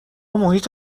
محیط